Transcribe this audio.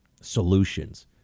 solutions